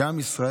כי עם ישראל,